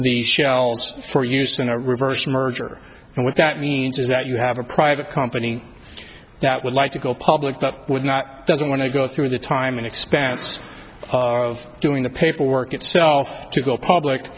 shells for use in a reverse merger and what that means is that you have a private company that would like to go public but would not doesn't want to go through the time and expense of doing the paperwork itself to go public